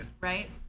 right